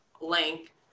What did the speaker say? link